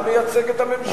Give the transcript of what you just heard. אתה מייצג את הממשלה.